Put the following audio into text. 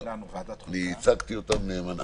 שלנו, ועדת החוקה --- אני ייצגתי אותם נאמנה.